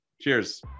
Cheers